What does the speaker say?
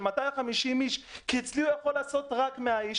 250 איש כי אצלי הוא יכול לעשות רק 100 איש.